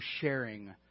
sharing